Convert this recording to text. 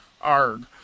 arg